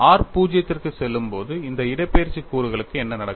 r 0 க்குச் செல்லும்போது இந்த இடப்பெயர்ச்சி கூறுகளுக்கு என்ன நடக்கும்